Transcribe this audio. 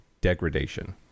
degradation